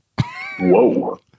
Whoa